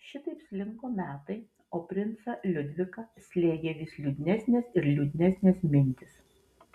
šitaip slinko metai o princą liudviką slėgė vis liūdnesnės ir liūdnesnės mintys